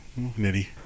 Nitty